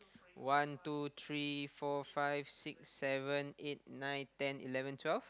one two three four five six seven eight nine ten eleven twelve